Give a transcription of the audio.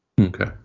Okay